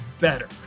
better